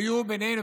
היו בינינו,